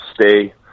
stay